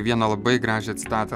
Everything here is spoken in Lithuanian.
vieną labai gražią citatą